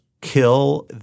kill